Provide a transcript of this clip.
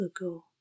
ago